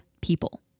people